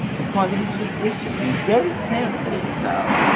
the prime minister of britain, being very careful now